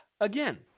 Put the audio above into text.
again